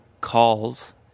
calls